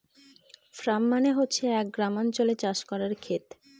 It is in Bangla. ফার্ম মানে হচ্ছে এক গ্রামাঞ্চলে চাষ করার খেত